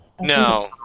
No